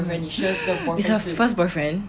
mm it's her first boyfriend